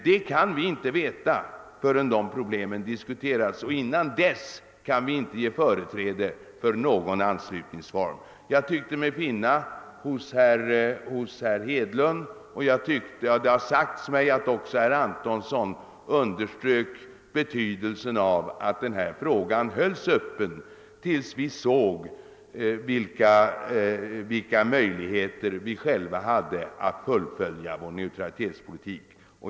Det kan vi inte veta förrän dessa problem har diskuterats, och dessförinnan kan vi inte ge företräde åt någon anslutningsform. Jag tyckte mig finna att herr Hedlund underströk — och det har sagts att också herr Antonsson gjorde det — vikten av att denna fråga hölles öppen, tills vi såge vilka möjligheter vi själva skulle ha att fullfölja vår neutralitetspolitik.